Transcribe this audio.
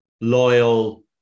loyal